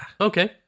okay